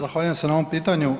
Zahvaljujem se na ovom pitanju.